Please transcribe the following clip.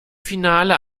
finale